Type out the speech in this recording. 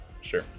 Sure